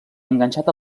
enganxat